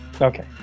Okay